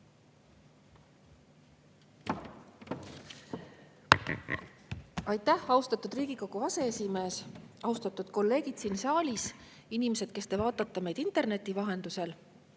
Aitäh, austatud Riigikogu aseesimees! Austatud kolleegid siin saalis! Inimesed, kes te vaatate meid interneti vahendusel!